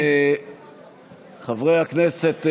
אנא, חברי הכנסת,